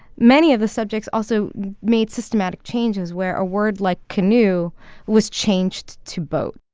many of the subjects also made systematic changes where a word like canoe was changed to boat.